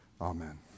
Amen